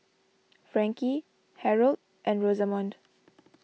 Frankie Harold and Rosamond